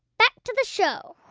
back to the show